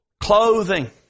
clothing